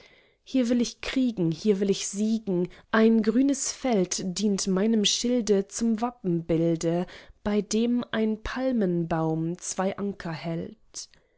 hier will ich kriegen hier will ich siegen ein grünes feld dient meinem schilde zum wappenbilde bei dem ein palmenbaum zwei anker hält